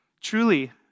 Truly